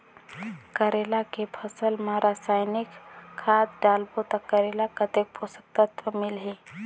करेला के फसल मा रसायनिक खाद डालबो ता करेला कतेक पोषक तत्व मिलही?